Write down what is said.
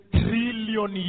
trillion